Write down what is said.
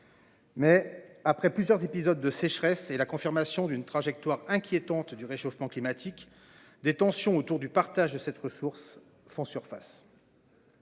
Mais après plusieurs épisodes de sécheresse et la confirmation d'une trajectoire inquiétante du réchauffement climatique. Des tensions autour du partage de cette ressource font surface.